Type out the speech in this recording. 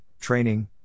training